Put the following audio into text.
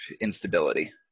instability